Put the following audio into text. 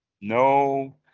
no